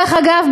דרך אגב,